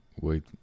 Wait